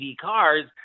cars